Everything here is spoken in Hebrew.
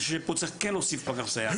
אני חושב שכן צריך להוסיף פה פקח מסייע.